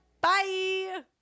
Bye